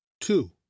two